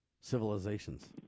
civilizations